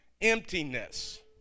emptiness